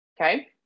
okay